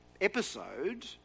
episode